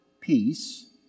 peace